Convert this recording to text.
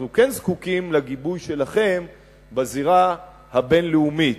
אנחנו כן זקוקים לגיבוי שלכם בזירה הבין-לאומית.